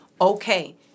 Okay